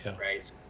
Right